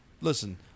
listen